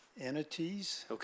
entities